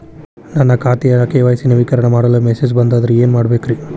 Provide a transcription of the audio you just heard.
ನನ್ನ ಖಾತೆಯ ಕೆ.ವೈ.ಸಿ ನವೇಕರಣ ಮಾಡಲು ಮೆಸೇಜ್ ಬಂದದ್ರಿ ಏನ್ ಮಾಡ್ಬೇಕ್ರಿ?